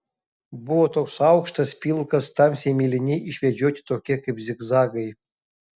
buvo toks aukštas pilkas tamsiai mėlyni išvedžioti tokie kaip zigzagai